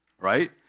right